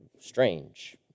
strange